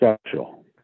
special